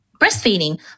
breastfeeding